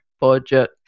budget